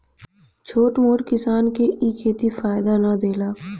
छोट मोट किसान के इ खेती फायदा ना देला